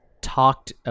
talked